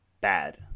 bad